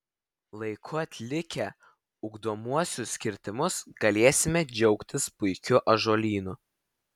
laiku atlikę ugdomuosius kirtimus galėsime džiaugtis puikiu ąžuolynu